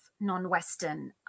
non-Western